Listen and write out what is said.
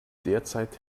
derzeit